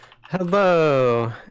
Hello